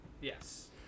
Yes